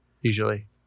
usually